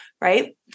Right